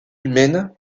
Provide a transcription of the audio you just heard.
humaines